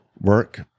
Work